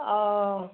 অ'